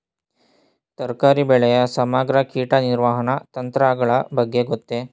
ತರಕಾರಿ ಬೆಳೆಯ ಸಮಗ್ರ ಕೀಟ ನಿರ್ವಹಣಾ ತಂತ್ರಗಳ ಬಗ್ಗೆ ಗೊತ್ತೇ?